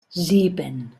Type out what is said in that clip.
sieben